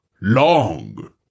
long